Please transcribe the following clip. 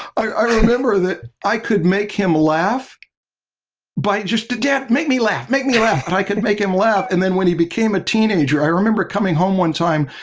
i remember that i could make him laugh by just dad, make me laugh, make me laugh. and but i could make him laugh and then when he became a teenager, i remember coming home one time,